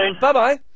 Bye-bye